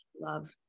love